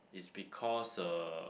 it's because uh